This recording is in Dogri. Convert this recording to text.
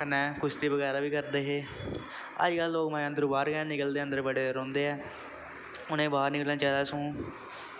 कन्नै कुश्ती बगैरा बी करदे हे अज्जकल लोग माएं अंदरूं बाह्र गै नी निकलदे न अन्दर गै बड़े रौंह्दे ऐ उ'नें बाह्र निकलना चाहिदा सगों